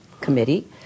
committee